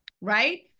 right